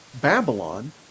Babylon